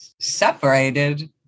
Separated